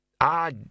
I